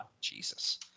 Jesus